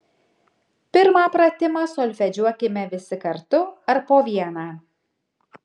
pirmą pratimą solfedžiuokime visi kartu ar po vieną